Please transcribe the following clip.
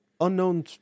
unknown